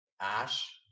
ash